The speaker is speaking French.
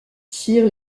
tire